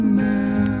now